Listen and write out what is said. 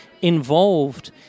involved